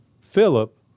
Philip